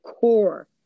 core